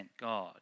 God